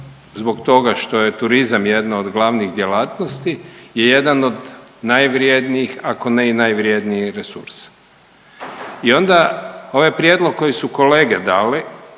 zbog toga što je turizam jedna od glavnih djelatnosti je jedan od najvrjednijih, ako ne i najvrjedniji resurs. I onda ovaj prijedlog koji su kolege dali,